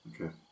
Okay